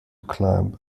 climb